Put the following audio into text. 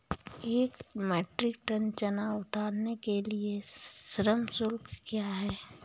एक metric tonne चना उतारने के लिए श्रम शुल्क क्या है?